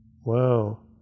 Wow